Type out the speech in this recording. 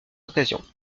occasions